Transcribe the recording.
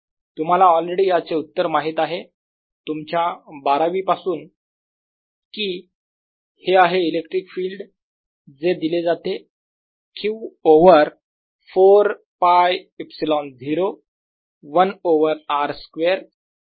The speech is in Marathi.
तुम्हाला ऑलरेडी याचे उत्तर माहित आहे तुमच्या बारावी पासून की हे आहे इलेक्ट्रिक फील्ड जे दिले जाते Q over 4 π ε0 1 over r square